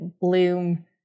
bloom